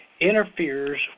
interferes